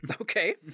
okay